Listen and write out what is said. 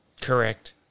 Correct